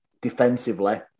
defensively